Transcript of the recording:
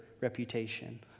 reputation